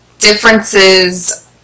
Differences